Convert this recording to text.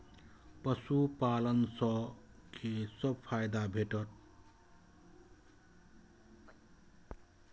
पशु पालन सँ कि सब फायदा भेटत?